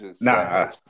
Nah